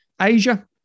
Asia